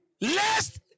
Lest